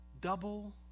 double